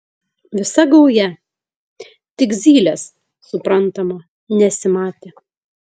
visa gauja tik zylės suprantama nesimatė